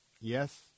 Yes